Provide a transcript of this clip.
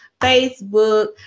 Facebook